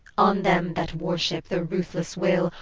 on them that worship the ruthless will,